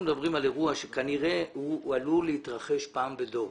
מדברים על אירוע שכנראה הוא עלול להתרחש פעם בדור.